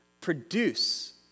produce